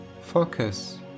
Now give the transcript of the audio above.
Focus